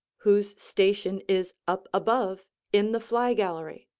whose station is up above in the fly-gallery.